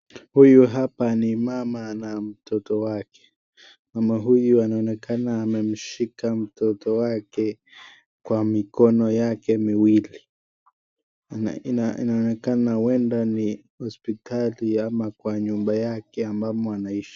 Huyu hapa ni mama na mtoto wake. Mama huyu anaonekana amemshika mtoto wake kwa mikono yake miwili, na inaonekana huenda ni hospitali ama kwa nyumba yake ambamo anaishi.